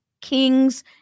kings